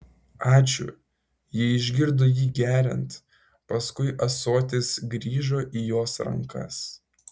ačiū ji išgirdo jį geriant paskui ąsotis grįžo įjos rankas